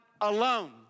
alone